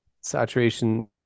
saturation